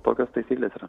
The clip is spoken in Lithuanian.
tokios taisyklės yra